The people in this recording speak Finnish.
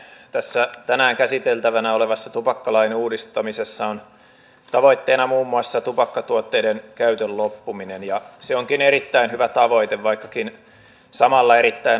tässä tänään käsiteltävänä olevassa tupakkalain uudistamisessa on tavoitteena muun muassa tupakkatuotteiden käytön loppuminen ja se onkin erittäin hyvä tavoite vaikkakin samalla erittäin haasteellinen